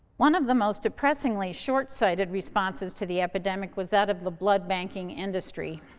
one of the most depressingly shortsighted responses to the epidemic was that of the blood banking industry.